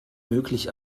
möglich